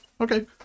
Okay